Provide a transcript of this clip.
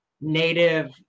Native